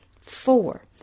Four